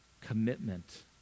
Commitment